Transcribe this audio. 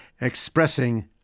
expressing